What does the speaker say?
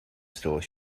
store